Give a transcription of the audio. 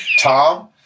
Tom